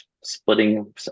splitting